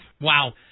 Wow